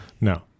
No